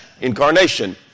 incarnation